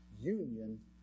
union